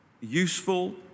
useful